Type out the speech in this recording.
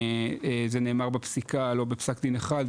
זה נאמר בפסיקה לא בפסק דין אחד,